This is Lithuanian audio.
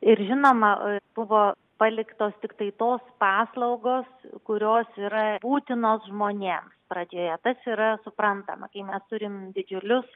ir žinoma buvo paliktos tiktai tos paslaugos kurios yra būtinos žmonėms pradžioje tas yra suprantama kai mes turim didžiulius